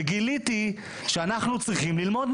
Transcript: ויזה זה לא נושא הדיון.